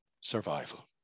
survival